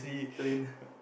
trainer